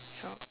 so